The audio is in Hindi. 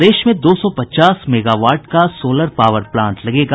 प्रदेश में दो सौ पचास मेगावाट का सोलर पावर प्लांट लगेगा